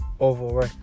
overwork